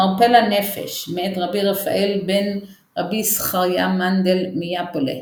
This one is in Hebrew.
מרפא לנפש - מאת רבי רפאל בן רבי שכריה מנדל מיאפלא,